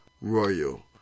royal